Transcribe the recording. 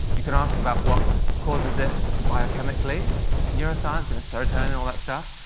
you can ask about what causes it biochemically neuroscience, and serotonin, all that stuff.